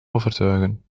overtuigen